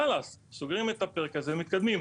חלאס, סוגרים את הפרק הזה, מתקדמים.